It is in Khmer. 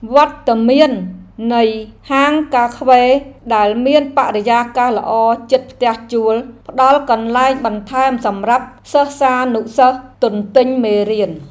វត្តមាននៃហាងកាហ្វេដែលមានបរិយាកាសល្អជិតផ្ទះជួលផ្តល់កន្លែងបន្ថែមសម្រាប់សិស្សានុសិស្សទន្ទិញមេរៀន។